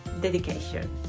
dedication